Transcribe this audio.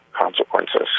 consequences